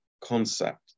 concept